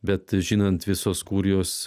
bet žinant visos kurijos